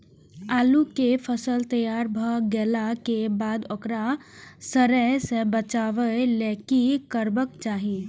आलू केय फसल तैयार भ गेला के बाद ओकरा सड़य सं बचावय लेल की करबाक चाहि?